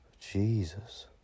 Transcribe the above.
Jesus